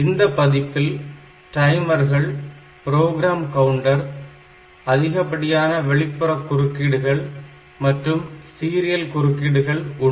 இந்தப் பதிப்பில் டைமர்கள் ப்ரோக்ராம் கவுன்டர் அதிகபடியான வெளிப்புற குறுக்கீடுகள் மற்றும் சீரியல் குறுக்கீடுகள் உண்டு